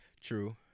True